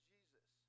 Jesus